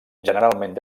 generalment